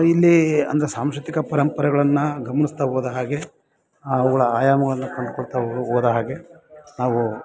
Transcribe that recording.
ಇಲ್ಲಿ ಅಂತ ಸಾಂಸ್ಕೃತಿಕ ಪರಂಪರೆಗಳನ್ನು ಗಮ್ನಿಸ್ತಾ ಹೋದ ಹಾಗೆ ಅವುಗಳ ಆಯಾಮಗಳನ್ನು ಕಂಡ್ಕೊಳ್ತಾ ಹೋದ ಹಾಗೆ ನಾವು